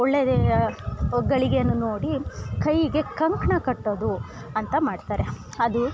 ಒಳ್ಳೆದೆಯ ಒ ಗಳಿಗೆಯನ್ನು ನೋಡಿ ಕೈಗೆ ಕಂಕಣ ಕಟ್ಟೋದು ಅಂತ ಮಾಡ್ತಾರೆ ಅದು